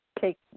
take